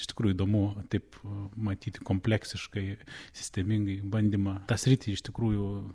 iš tikrųjų įdomu taip matyti kompleksiškai sistemingai bandymą tą sritį iš tikrųjų